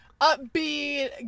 upbeat